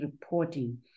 reporting